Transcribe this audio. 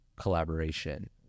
collaboration